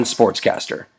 Sportscaster